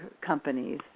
companies